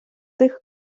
тих